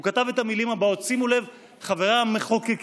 כתב את המילים הבאות, שימו לב, חבריי המחוקקים,